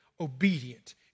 obedient